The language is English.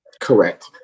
Correct